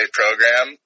program